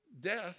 death